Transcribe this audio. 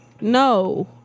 No